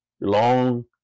long